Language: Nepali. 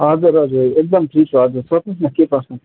हजुर हजुर एकदम फ्री छु हजुर सोध्नुहोस् न के प्रश्न छ